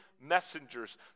messengers